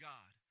God